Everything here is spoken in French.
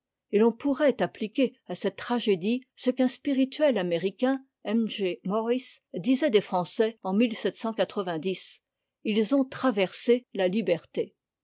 et l'on pourrait appliquer à cette tragédie ce qu'un spirituel américain m g morris disait des français en ils ont traversé la liberté